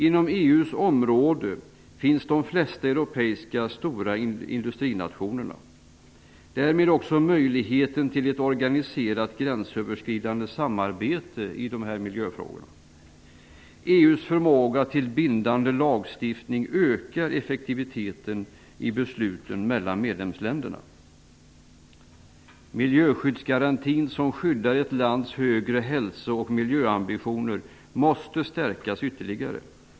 Inom EU:s område finns de flesta av Europas stora industrinationer och därmed också möjligheten till ett organiserat gränsöverskridande samarbete i miljöfrågorna. EU:s förmåga till bindande lagstiftning ökar effektiviteten i besluten mellan medlemsländerna. Miljöskyddsgarantin, som skyddar ett lands högre hälso och miljöambitioner, måste stärkas ytterligare.